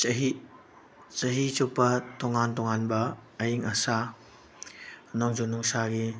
ꯆꯍꯤ ꯆꯍꯤ ꯆꯨꯞꯄ ꯇꯣꯡꯉꯥꯟ ꯇꯣꯡꯉꯥꯟꯕ ꯑꯌꯤꯡ ꯑꯁꯥ ꯅꯣꯡꯖꯨ ꯅꯨꯡꯁꯥꯒꯤ